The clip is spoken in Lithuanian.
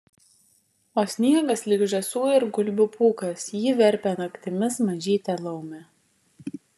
o sniegas lyg žąsų ir gulbių pūkas jį verpia naktimis mažytė laumė